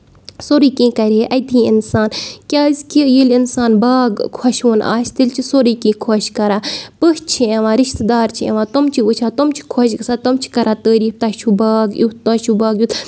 سورُے کیٚنٛہہ کرِ ہے اتی اِنسان کیازِ کہِ ییٚلہِ اِنسان باغ خۄشوُن آسہِ تیٚلہِ چھُ سورُے کیٚنٛہہ خۄش کران پٔژھۍ چھِ یِوان رِشتہٕ دار چھِ یِوان تِم چھِ وٕچھان تِم چھِ خۄش گژھان تِم چھِ کران تعٲریٖف تۄہہِ چھُو باغ یُتھ